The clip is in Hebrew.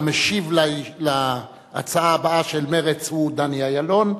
המשיב על ההצעה הבאה של מרצ הוא דני אילון,